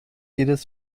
jedes